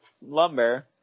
lumber